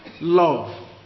Love